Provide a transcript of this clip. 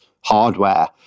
hardware